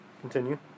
Continue